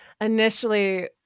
initially